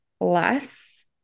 less